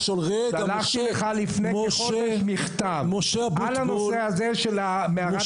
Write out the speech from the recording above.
שלחתי לך לפני כחודש מכתב על הנושא הזה של מערת המכפלה,